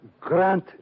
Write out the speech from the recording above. Grant